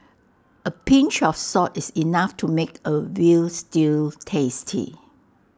A pinch of salt is enough to make A Veal Stew tasty